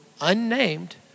unnamed